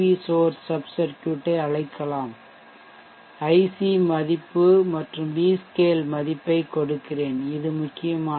source subcircuit ஐ அழைக்கலாம் IC மதிப்பு மற்றும் V scale மதிப்பைக் கொடுக்கிறேன் இது முக்கியமானது